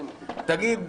תגיד: